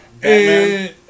Batman